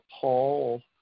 Paul